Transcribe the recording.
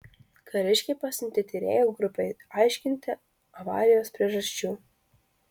kariškiai pasiuntė tyrėjų grupę aiškinti avarijos priežasčių